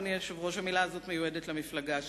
והמלה הזאת מיועדת למפלגה שלי.